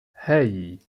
hey